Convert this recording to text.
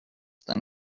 than